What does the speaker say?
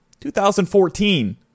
2014